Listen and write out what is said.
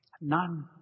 none